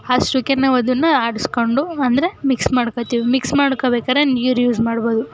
ಅಷ್ಟಕ್ಕೆ ನಾವು ಅದನ್ನು ಆಡಿಸಿಕೊಂಡು ಅಂದರೆ ಮಿಕ್ಸ್ ಮಾಡ್ಕೊಳ್ತೀವಿ ಮಿಕ್ಸ್ ಮಾಡ್ಕೊಳ್ಬೇಕಾದ್ರೆ ನೀರು ಯೂಸ್ ಮಾಡ್ಬೋದು